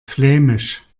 flämisch